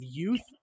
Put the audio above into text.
youth